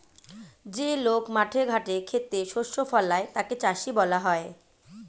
যে লোক মাঠে ঘাটে খেতে শস্য ফলায় তাকে চাষী বলা হয়